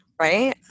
Right